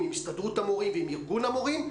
עם הסתדרות המורים ועם ארגון המורים,